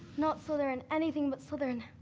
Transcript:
not slytherin, anything but slytherin.